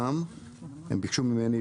יש הסתייגויות